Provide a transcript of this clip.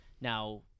Now